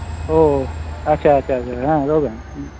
ᱚ ᱟᱪᱪᱷᱟ ᱟᱪᱪᱷᱟ ᱟᱪᱪᱷᱟ ᱦᱮᱸ ᱨᱚᱲ ᱵᱮᱱ